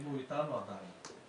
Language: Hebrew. אם הוא איתנו עדיין.